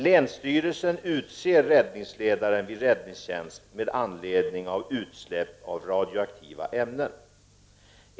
Länsstyrelsen utser räddningsledaren vid räddämnen.